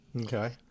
Okay